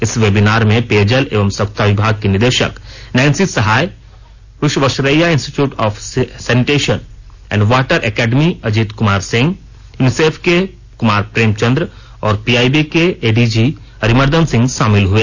इस वेबिनार में पेयजल एवं स्वच्छता विभाग की निदेशक Nancy Sahay Visvesvaraya institute of sanitation and water academy Ajit Kumar Singh UNICEF के कुमार प्रेम चन्द्र और पीआइबी के एडीजी अरिमर्दन सिंह शमिल हुए